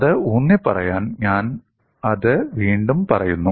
അത് ഊന്നിപ്പറയാൻ ഞാൻ അത് വീണ്ടും പറയുന്നു